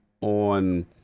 on